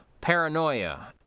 paranoia